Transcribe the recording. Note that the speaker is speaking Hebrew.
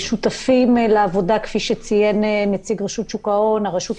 תאפשר לחברות שפועלות בתחום,